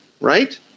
right